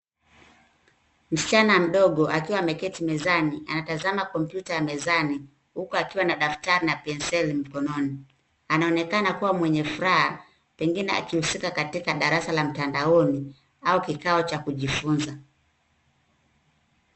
Msichana mdogo akiwa ameketi mezani anatazama kompyuta ya mezani huku akiwa na daftari na penseli mkononi. Anaonekana kuwa mwenye furaha pengine akihusika katika darasa la mtandaoni au kikao cha kujifunza.